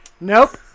Nope